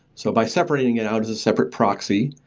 so by separating it out as a separate proxy,